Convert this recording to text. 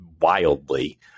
wildly